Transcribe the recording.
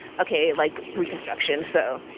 okay, like reconstruction. so,